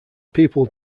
people